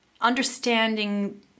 understanding